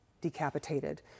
decapitated